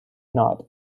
not